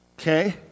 Okay